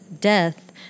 death